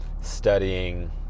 studying